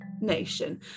nation